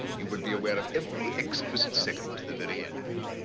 you would be aware of every exquisite second to the very end.